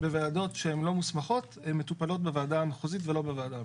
בוועדות שהן לא מוסמכות מטופלות בוועדה המחוזית ולא בוועדה המקומית.